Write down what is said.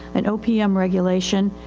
an opm regulation,